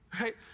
right